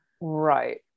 Right